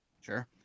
Sure